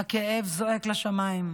הכאב זועק לשמיים,